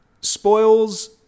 spoils